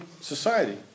society